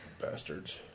bastards